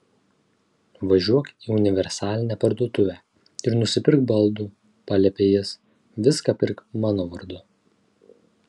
važiuok į universalinę parduotuvę ir nusipirk baldų paliepė jis viską pirk mano vardu